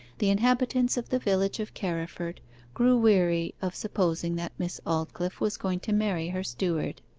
the inhabitants of the village of carriford grew weary of supposing that miss aldclyffe was going to marry her steward.